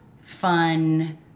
fun